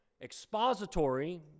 expository